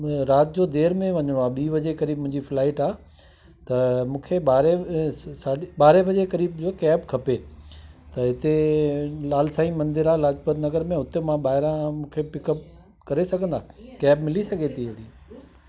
राति जो देएइ में वञिणो आहे ॿी बजे करीब मुंहिंजी फ्लाइट आहे त मूंखे ॿारहं साडी ॿारहं बजे करीब जो कैब खपे त हिते लाल साईं मंदिर आहे लाजपत नगर में हुते मां ॿाहिरा मूंखे पिकअप करे सघंदा कैब मिले सघे थी अहिड़ी